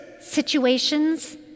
situations